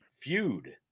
feud